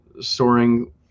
soaring